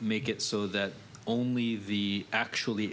make it so that only the actually